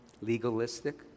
legalistic